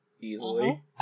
Easily